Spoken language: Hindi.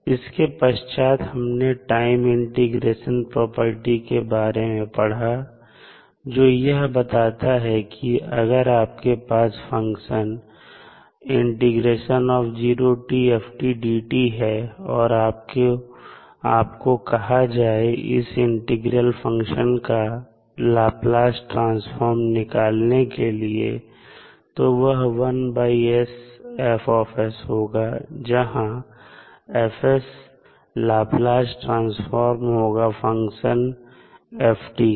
इसके पश्चात हमने टाइम इंटीग्रेशन प्रॉपर्टी के बारे में पढ़ा जो यह बताता है कि अगर आपके पास फंक्शन है और आपको कहा जाए इस इंटीग्रल फंक्शन का लाप्लास ट्रांसफॉर्म निकालने के लिए तो वह होगा जहां लाप्लास ट्रांसफॉर्म होगा फंक्शन का